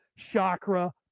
chakra